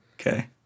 Okay